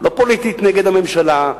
לא פוליטית נגד הממשלה,